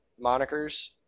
monikers